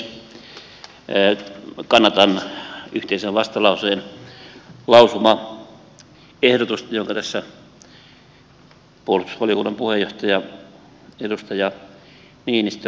kannatan yhteisen vastalauseen lausumaehdotusta jonka tässä puolustusvaliokunnan puheenjohtaja edustaja niinistö esitteli